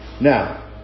Now